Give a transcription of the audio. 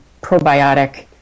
probiotic